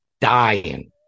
Dying